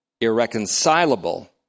irreconcilable